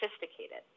sophisticated